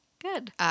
Good